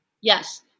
yes